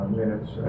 minutes